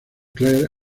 claire